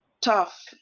tough